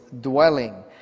dwelling